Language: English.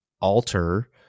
alter